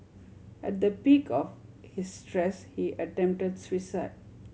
at the peak of his stress he attempted suicide